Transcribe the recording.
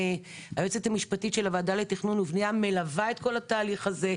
היועצת המשפטית של הוועדה לתכנון ובנייה מלווה את כל התהליך הזה,